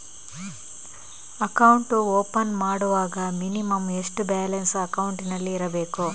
Account open ಮಾಡುವಾಗ minimum ಎಷ್ಟು balance ಅಕೌಂಟಿನಲ್ಲಿ ಇರಬೇಕು?